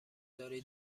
داری